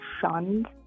shunned